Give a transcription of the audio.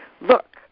Look